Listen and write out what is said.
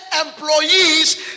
employees